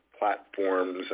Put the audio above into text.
platforms